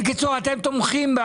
בקיצור, אתם תומכים.